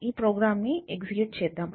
ఈ ప్రోగ్రామ్ని ఎగ్జిక్యూట్ చేద్దాం